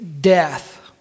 death